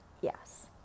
yes